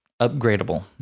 upgradable